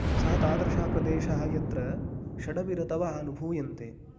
सः तादृशः प्रदेशः यत्र षडपि ऋतवः अनुभूयन्ते